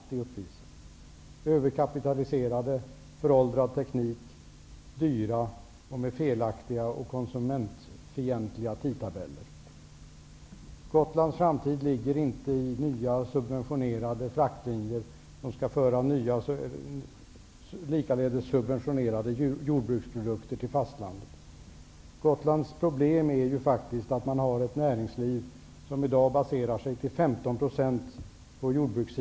De är överkapitaliserade. Tekniken är föråldrad. De är dyra och har felaktiga och konsumentfientliga tidtabeller. Gotlands framtid ligger inte i nya subventionerade fraktlinjer, som för över likaledes subventionerade jordbruksprodukter till fastlandet. Gotlands problem är faktiskt att man har ett näringsliv som i dag till 15 % är baserad på jordbruket.